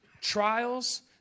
trials